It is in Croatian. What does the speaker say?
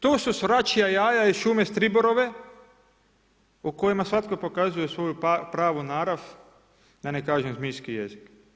To su svračja jaja iz Šume Striborove o kojima svatko pokazuje svoju pravu narav, da ne kažem zmijski jezik.